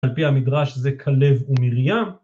‫על פי המדרש זה כלב ומרים.